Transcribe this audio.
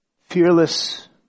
fearless